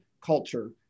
culture